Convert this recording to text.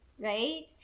right